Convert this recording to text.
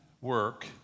work